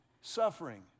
suffering